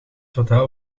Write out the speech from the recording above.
hotel